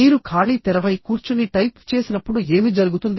మీరు ఖాళీ తెరపై కూర్చుని టైప్ చేసినప్పుడు ఏమి జరుగుతుంది